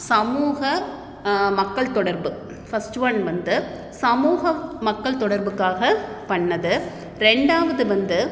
சமூக மக்கள் தொடர்பு ஃபஸ்ட் ஒன் வந்து சமூகம் மக்கள் தொடர்புக்காக பண்ணுணது ரெண்டாவது வந்து